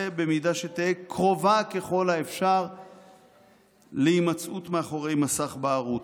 במידה שתהיה קרובה ככל האפשר להימצאות מאחורי מסך בערות.